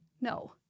No